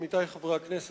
עמיתי חברי הכנסת,